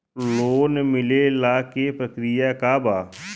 Loan मिलेला के प्रक्रिया का बा?